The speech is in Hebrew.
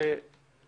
לכך